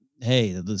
Hey